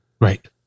Right